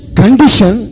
condition